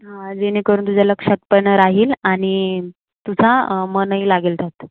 हा जेणेकरून तुझ्या लक्षात पण राहील आणि तुझा मनही लागेल त्यात